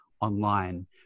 online